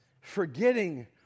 forgetting